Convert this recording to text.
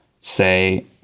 say